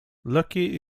lucky